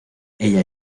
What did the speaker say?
ella